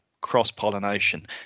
cross-pollination